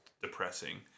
depressing